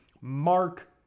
Mark